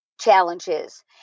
challenges